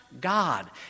God